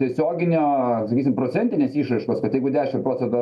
tiesioginio sakysim procentinės išraiškos kad jeigu dešim procentų